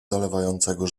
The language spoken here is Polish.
zalewającego